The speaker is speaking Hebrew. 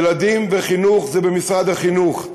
ילדים וחינוך זה במשרד החינוך,